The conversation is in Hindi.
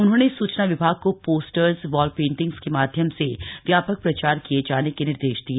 उन्होंने सूचना विभाग को पोस्टर्स वॉल पेंटिंग्स के माध्यम से व्यापक प्रचार किए जाने के निर्देश दिए